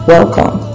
Welcome